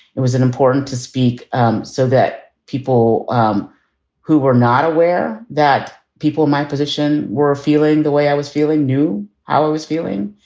was it important to speak um so that people um who were not aware that people my position were feeling the way i was feeling, knew how i was feeling,